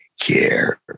care